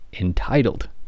entitled